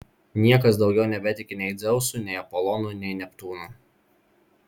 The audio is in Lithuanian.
niekas daugiau nebetiki nei dzeusu nei apolonu nei neptūnu